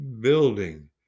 building